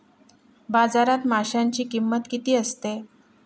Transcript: बाजारात माशांची किंमत किती असते?